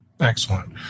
Excellent